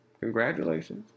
congratulations